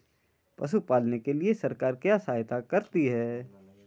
पशु पालन के लिए सरकार क्या सहायता करती है?